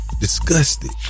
disgusted